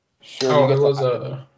sure